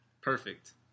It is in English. perfect